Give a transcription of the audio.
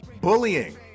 bullying